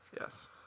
Yes